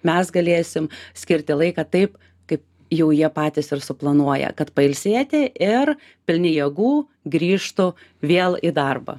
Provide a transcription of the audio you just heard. mes galėsim skirti laiką taip kaip jau jie patys ir suplanuoja kad pailsėti ir pilni jėgų grįžtų vėl į darbą